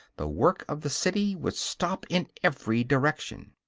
the work of the city would stop in every direction.